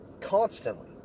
Constantly